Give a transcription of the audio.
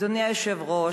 אדוני היושב-ראש,